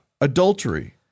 adultery